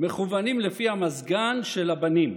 מכוונים לפי המזגן של הבנים,